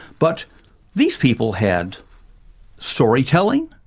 but these people had storytelling,